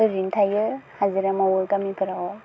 ओरैनो थायो हाजिरा मावो गामिफ्राव